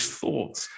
thoughts